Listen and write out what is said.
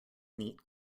neat